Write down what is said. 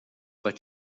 but